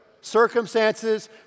Circumstances